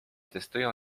testują